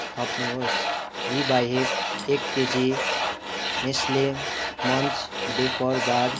थप्नु होस् यी बाहेक एक केजी नेसले मन्च बिफोर बार